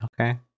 Okay